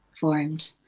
formed